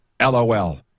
LOL